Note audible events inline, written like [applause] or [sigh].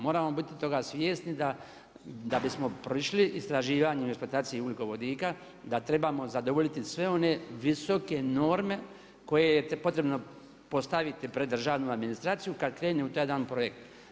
Moramo biti toga svjesni da bismo … [unintelligible] istraživanju i eksploataciji ugljikovodika, da trebamo zadovoljiti sve one visoke norme koje je potrebno postaviti pred državnu administraciju kad krene u taj jedan projekt.